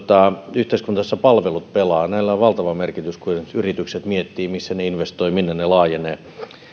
yhteiskunta jossa palvelut pelaavat näillä on valtava merkitys kun esimerkiksi yritykset miettivät missä ne investoivat ja minne ne laajenevat